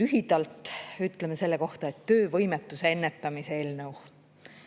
Lühidalt ütleme selle kohta, et see on töövõimetuse ennetamise eelnõu. Praegu